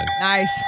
Nice